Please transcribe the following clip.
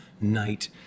night